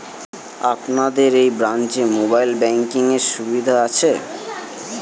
আপনাদের এই ব্রাঞ্চে মোবাইল ব্যাংকের সুবিধে আছে?